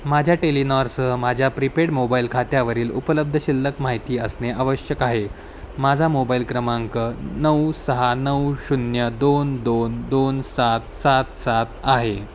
माझ्या टेलीनॉर सह माझ्या प्रीपेड मोबाईल खात्यावरील उपलब्ध शिल्लक माहिती असणे आवश्यक आहे माझा मोबाईल क्रमांक नऊ सहा नऊ शून्य दोन दोन दोन सात सात सात आहे